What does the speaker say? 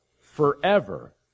forever